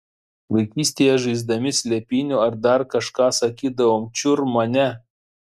vaikystėje žaisdami slėpynių ar dar kažką sakydavom čiur mane